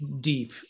deep